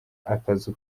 akazu